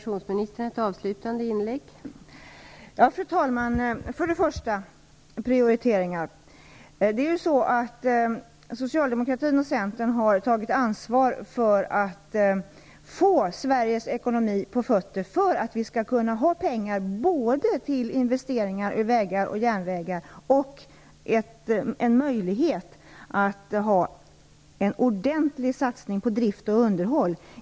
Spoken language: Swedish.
Fru talman! När det gäller prioriteringar, är det så att socialdemokratin och Centern har tagit ansvar för att få Sveriges ekonomi på fötter, för att vi skall kunna ha pengar både till investeringar i vägar och järnvägar och till en ordentlig satsning på drift och underhåll.